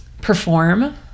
perform